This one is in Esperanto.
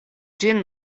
ĝin